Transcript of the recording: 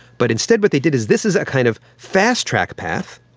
but instead what they did is this is a kind of fast-track path,